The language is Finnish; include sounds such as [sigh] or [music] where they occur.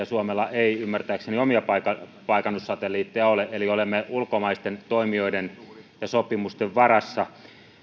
[unintelligible] suomella ei ymmärtääkseni omia paikannussatelliitteja ole eli olemme ulkomaisten toimijoiden ja sopimusten varassa